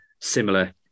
similar